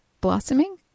blossoming